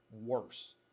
worse